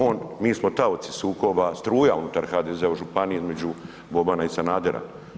On, mi smo taoci sukoba, struja unutar HDZ-a u županiji između Bobana i Sanadera.